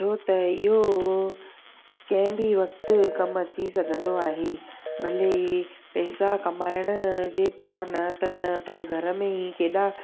छो त इहो कंहिं बि वक़्तु कमु अची सघंदो आहे भले इहे पैसा कमाइण जे तौरु न त न पर घर में ई केॾा